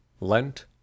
lent